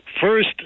First